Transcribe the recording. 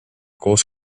koos